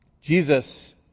Jesus